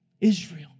Israel